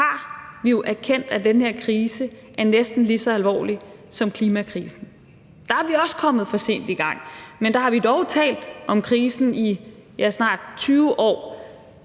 har vi jo erkendt, at den her krise er næsten lige så alvorlig som klimakrisen. Der er vi også kommet for sent i gang, men der har vi dog talt om krisen i snart 20 år.